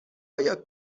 آیا